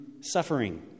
suffering